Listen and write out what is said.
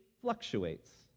fluctuates